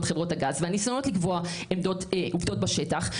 חברות הגז והניסיונות לקבוע עובדות בשטח,